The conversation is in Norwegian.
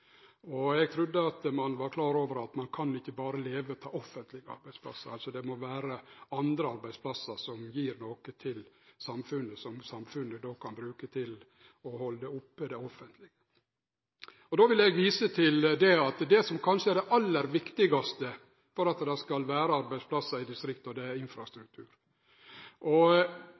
Eg trudde at ein var klar over at ein ikkje berre kan leve av offentlege arbeidsplassar. Det må vere andre arbeidsplassar som gjev noko til samfunnet som samfunnet då kan bruke til å halde oppe det offentlege. Då vil eg vise til det som kanskje er det aller viktigaste for at det skal vere arbeidsplassar i distrikta, og det er infrastruktur.